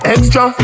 Extra